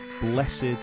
Blessed